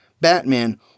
Batman